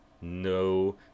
no